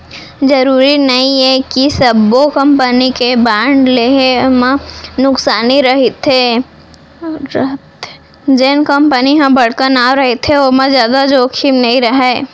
जरूरी नइये कि सब्बो कंपनी के बांड लेहे म नुकसानी हरेथे, जेन कंपनी के बड़का नांव रहिथे ओमा जादा जोखिम नइ राहय